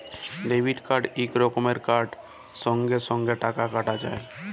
debit card ইক রকমের card সঙ্গে সঙ্গে টাকা কাটা যায়